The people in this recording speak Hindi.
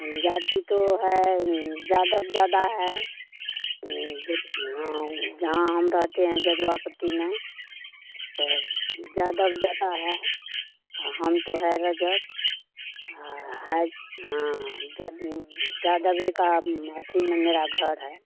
जाती तो है जाधव ज़्यादा है जब हाँ जहाँ हम रहते हैं जदुवा पट्टी में तो जाधव ज़्यादा है और हम तो है रजब आ है हाँ ज जादव का अथि में मेरा घर है